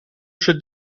should